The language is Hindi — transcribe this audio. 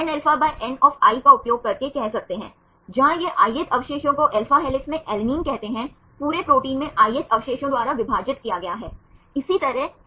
तो यह एक और माध्यमिक संरचना है और फिर पहले हम अल्फा हेलिक्स के बारे में चर्चा करते हैं और दूसरा एक बीटा स्ट्रैंड है क्योंकि यह एक प्रकार की परत की संरचना है जो सही है और वे दूसरी खोज करते हैं